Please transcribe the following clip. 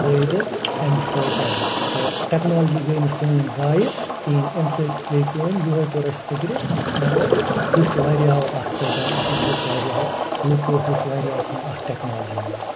فٲیدٕ اَمہِ سۭتۍ تہٕ ٹٮ۪کنالجی گٔے نہٕ سٲنۍ زایہِ کِہیٖنۍ اَمہِ سۭتۍ گٔے کٲم یِہوٚے توٚر اَسہِ فکرِ مطلب ہیوٚچھِ وارِیاہو اَتھ سۭتۍ اَتھ منٛز ہیوٚچھِ وارِیاہو لوٗکو ہیوٚچھِ وارِیاہ کیٚنٛہہ اتھ ٹٮ۪کنالجی منٛز